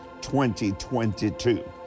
2022